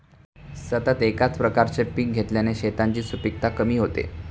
सतत एकाच प्रकारचे पीक घेतल्याने शेतांची सुपीकता कमी होते